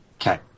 Okay